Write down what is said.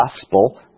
gospel